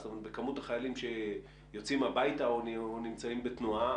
זאת אומרת כמות החיילים שיוצאים הביתה או נמצאים בתנועה,